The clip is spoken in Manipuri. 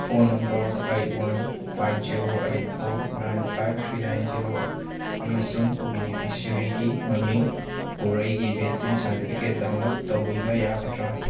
phone number eight one five zero eight four nine five three nine zero ꯑꯃꯁꯨꯡ ꯕꯤꯅꯤꯐꯤꯁꯔꯤꯒꯤ ꯃꯃꯤꯡ ꯄꯣꯔꯩꯒꯤ ꯕꯦꯛꯁꯤꯟ ꯁꯥꯔꯇꯤꯐꯤꯀꯦꯠ ꯗꯥꯎꯟꯂꯣꯠ ꯇꯧꯕꯤꯕ ꯌꯥꯒꯗ꯭ꯔꯥ